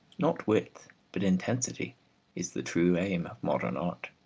not width but intensity is the true aim of modern art.